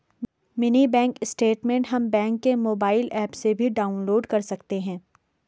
mini bank statement हम bank के mobile app से भी डाउनलोड कर सकते है